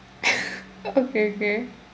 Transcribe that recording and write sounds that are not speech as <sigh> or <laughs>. <laughs> okay okay